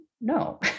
No